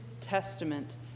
testament